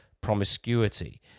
promiscuity